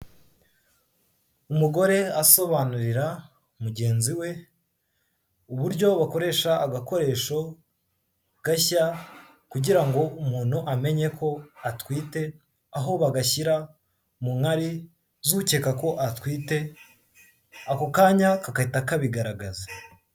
Umugore asobanurira mugenzi we uburyo bakoresha agakoresho gashya kugira ngo umuntu amenye ko atwite, aho bagashyira mu nkari z'ukeka ko atwite ako kanya kagahita kabigaragaza.